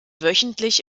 wöchentlich